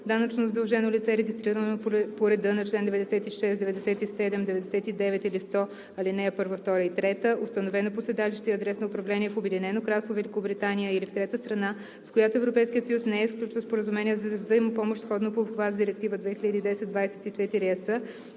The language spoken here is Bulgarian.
Данъчно задължено лице, регистрирано по реда на чл. 96, 97, 99 или 100, ал. 1, 2 и 3, установено по седалище и адрес на управление в Обединено кралство Великобритания или в трета страна, с която Европейският съюз не е сключил споразумение за взаимопомощ, сходно по обхват с Директива 2010/24/ЕС